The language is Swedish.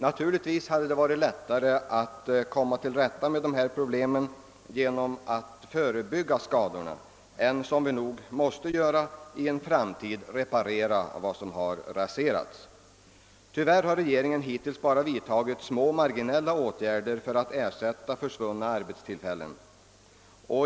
Naturligtvis skulle det ha varit lättare att komma till rätta med detta problem genom att förebygga skadorna än genom att — som vi nog måste göra i en framtid — reparera vad som har raserats. Tyvärr har regeringen hittills bara vidtagit små marginella åtgärder för att ersätta försvunna arbetstillfällen.